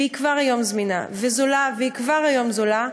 והיא כבר היום זמינה, וזולה, היא כבר כיום זולה.